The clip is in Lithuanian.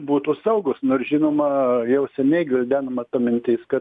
būtų saugūs nors žinoma jau seniai gvildenama ta mintis kad